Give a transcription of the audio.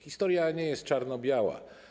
Historia nie jest czarno-biała.